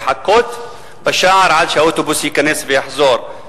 לחכות בשער עד שהאוטובוס ייכנס ויחזור.